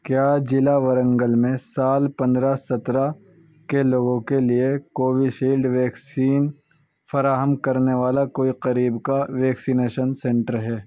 کیا ضلع ورنگل میں سال پندرہ سترہ کے لوگوں کے لیے کووشیلڈ ویکسین فراہم کرنے والا کوئی قریب کا ویکسینیشن سنٹر ہے